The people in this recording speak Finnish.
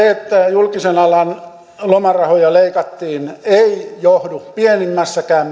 julkisen alan lomarahoja leikattiin ei johdu pienimmässäkään